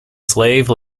slave